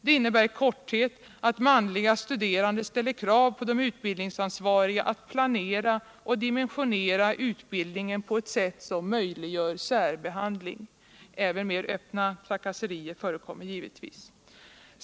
Det innebär i korthet att manliga studerande ställer krav på de utbildningsansvariga att planera och dimensionera utbildningen på ett sätt som möjliggör särbehandling. Även mer öppna trakasserier förekommer givetvis.